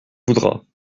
voudras